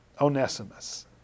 Onesimus